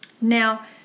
Now